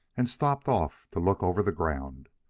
and stopped off to look over the ground.